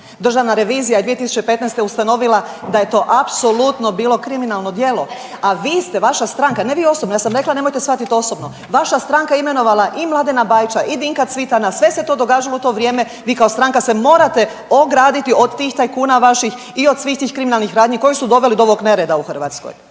Državna revizija je 2015. ustanovila da je to apsolutno bilo kriminalno djelo, a vi ste vaša stranka, ne vi osobno, ja sam rekla nemojte shvatiti osobno vaša je stranka imenovala i Mladena Bajića i Dinka Cvitana, sve se to događalo u to vrijeme, vi kao stranka se morate ograditi od tih tajkuna vaših i od svih tih kriminalnih radnji koji su doveli do ovog nereda u Hrvatskoj.